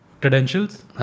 credentials